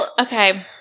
okay